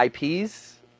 IPs